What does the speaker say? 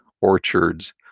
orchards